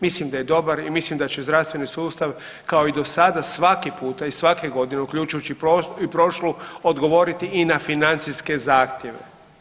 Mislim da je dobar i mislim da će zdravstveni sustav kao i do sada svaki puta i svaku godinu uključujući i prošlu odgovoriti i na financijske zahtjeve.